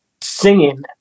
singing